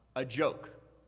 a joke?